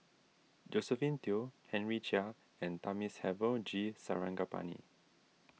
Josephine Teo Henry Chia and Thamizhavel G Sarangapani